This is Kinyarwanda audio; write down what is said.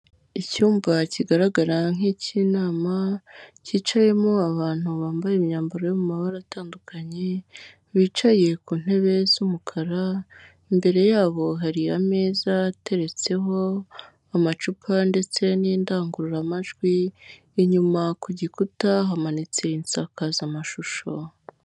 Icyumba kigaragara nk'ikinama cyicayemo abantu bambaye imyambaro yo mu mabara atandukanye bicaye ku ntebe z'umukara, imbere yabo hari ameza ateretseho amacupa ndetse n'indangururamajwi, inyuma ku gikuta hamanitse insakazamashusho.